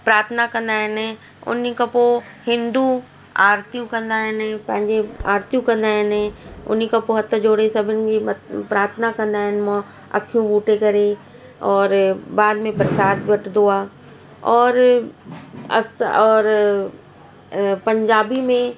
प्रार्थना कंदा आहिनि उन खां पोइ हिंदू आर्तियूं कंदा आहिनि पंहिंजे आर्तियूं कंदा आहिनि उन खां पोइ हथ जोड़े सभिनि जे म प्रार्थना कंदा आहिनि म अखियूं बूटे करे औरि बाद में प्रसाद बटंदो आहे औरि असां औरि पंजाबी में